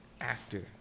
actor